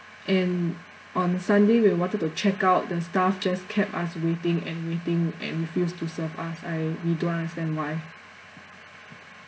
and on sunday when we wanted to check out the staff just kept us waiting and waiting and refused to serve us I we don't understand why